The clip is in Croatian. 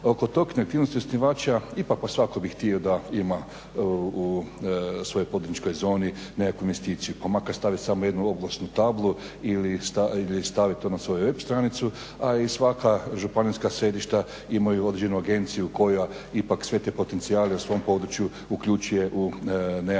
Oko tog neaktivnosti osnivača ipak pa svatko bi htio da ima u svojoj poduzetničkoj zoni nekakvu investiciju, pa makar staviti samo jednu oglasnu tablu ili staviti to na svoju web stranicu a i svaka županijska središta imaju određenu agenciju koja ipak sve te potencijale u svom području uključuje u nekakav svoj